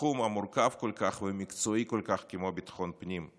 בתחום המורכב כל כך והמקצועי כל כך כמו ביטחון הפנים,